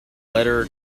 letter